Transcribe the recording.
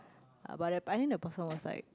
but I but I think the person was like